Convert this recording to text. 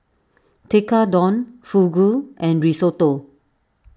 Tekkadon Fugu and Risotto